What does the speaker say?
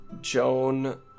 Joan